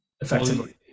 effectively